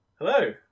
Hello